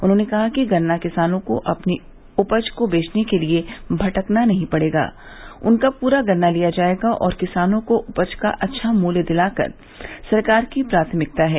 उन्होंने कहा कि गन्ना किसानों को अपनी उपज को बेचने के लिये भटकना नहीं पड़ेगा उनका पूरा गन्ना लिया जायेगा और किसानों को उपज का अच्छा मूल्य दिलाना सरकार की प्राथमिकता है